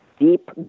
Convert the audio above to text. deep